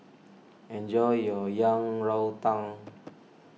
enjoy your Yang Rou Tang